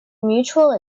mutual